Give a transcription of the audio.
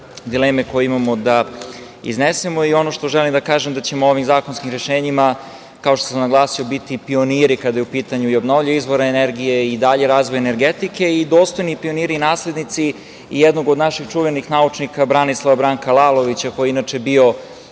dileme koje imamo da iznesemo. Ono što želim da kažem da ćemo ovim zakonskim rešenjima, kao što sam naglasio, biti pioniri kada je u pitanju i obnovljivi izvor energije i dalji razvoj energetike i dostojni pioniri, naslednici jednog od naših čuvenih naučnika Branislava Branka Lalovića koji je inače bio